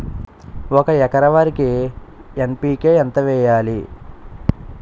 ఒక ఎకర వరికి ఎన్.పి.కే ఎంత వేయాలి?